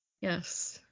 Yes